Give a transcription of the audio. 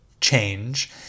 change